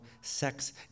sex